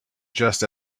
just